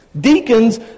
Deacons